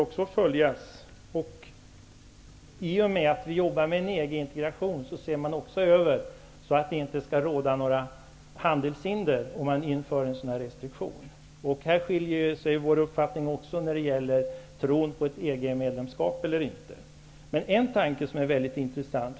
I och med arbetet med EG-integrationen ser man också över frågan, så att det inte skall råda några handelshinder, om man inför en restriktion av den här typen. Här skiljer sig också vår uppfattning när det gäller tron på ett EG-medlemskap eller inte. Det finns emellertid en tanke som är intressant.